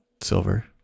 silver